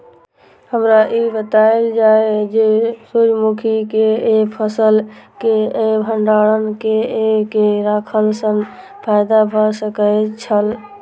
हमरा ई बतायल जाए जे सूर्य मुखी केय फसल केय भंडारण केय के रखला सं फायदा भ सकेय छल?